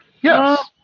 Yes